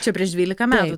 čia prieš dvylika metų